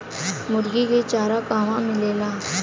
मुर्गी के चारा कहवा मिलेला?